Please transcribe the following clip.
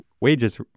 wages